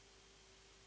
Hvala.